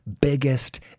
biggest